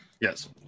Yes